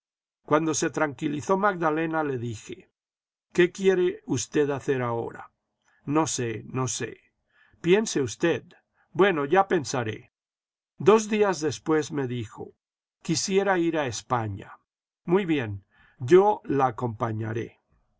cuando se tranquilizó magdalena le dije qué quiere usted hacer ahora no sé no sé piense usted bueno ya pensaré dos días después me dijo quisiera ir a españa muy bien yo le acompañaré